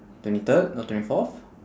twenty third or twenty fourth